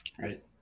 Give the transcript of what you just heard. right